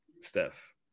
Steph